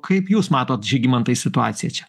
kaip jūs matote žygimantai situacija čia